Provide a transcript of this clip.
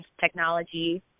technology